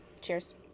cheers